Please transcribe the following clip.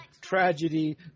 tragedy